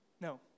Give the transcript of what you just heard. No